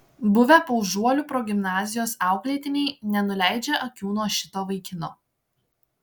buvę paužuolių progimnazijos auklėtiniai nenuleidžia akių nuo šito vaikino